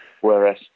Whereas